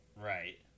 Right